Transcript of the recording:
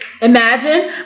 Imagine